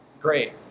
Great